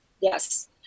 Yes